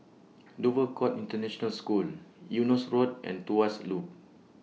Dover Court International School Eunos Road and Tuas Loop